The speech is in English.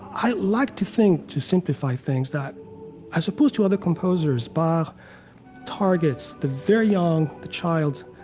i like to think, to simplify things, that as opposed to other composers, bach targets the very young, the child,